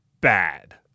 bad